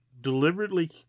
deliberately